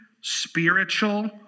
spiritual